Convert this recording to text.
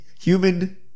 human